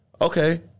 Okay